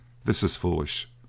this is foolish,